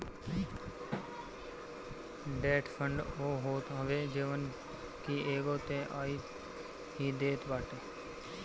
debt fund उ होत हवे जवन की एगो तय आय ही देत बाटे